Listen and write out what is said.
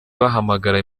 bahamagara